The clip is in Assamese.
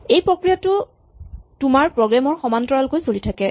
এই প্ৰক্ৰিয়াটো তোমাৰ প্ৰগ্ৰেম ৰ সমান্তৰালকৈ চলি থাকে